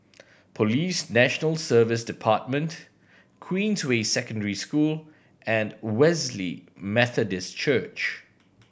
Police National Service Department Queensway Secondary School and Wesley Methodist Church